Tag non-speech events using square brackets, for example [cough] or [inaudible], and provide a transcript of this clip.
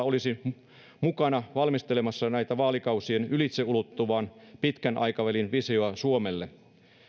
[unintelligible] olisi mukana valmistelemassa näitä vaalikausien ylitse ulottuvia pitkän aikavälin visioita suomelle